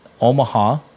Omaha